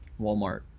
Walmart